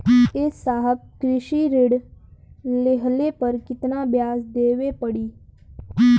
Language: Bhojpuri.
ए साहब कृषि ऋण लेहले पर कितना ब्याज देवे पणी?